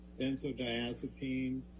benzodiazepine